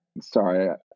sorry